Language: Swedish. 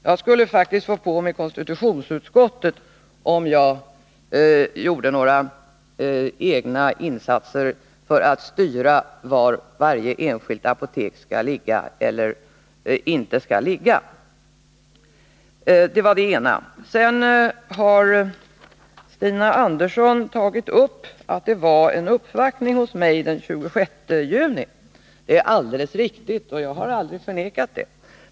Jag skulle faktiskt få konstitutionsutskottet på mig om jag gjorde några egna insatser för att styra var varje enskilt apotek skall ligga. Stina Andersson nämnde att det var en uppvaktning hos mig den 26 juni. Det är alldeles riktigt. Jag har aldrig förnekat det.